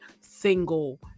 single